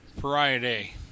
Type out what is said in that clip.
Friday